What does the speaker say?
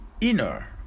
inner